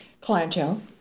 clientele